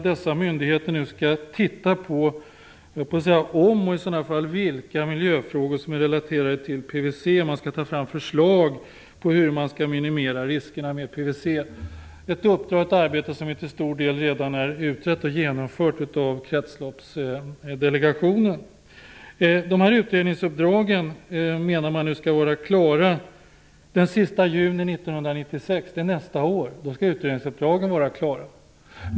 Dessa myndigheter skall nu titta om, och i så fall vilka, miljöfrågor är relaterade till PVC. Man skall ta fram förslag till hur man skall minimera riskerna med PVC. Det är ett uppdrag och ett arbete som till stor del redan är utrett och genomfört av Kretsloppsdelegationen. Dessa utredningsuppdrag menar man nu skall vara klara den sista juni 1996, dvs. nästa år.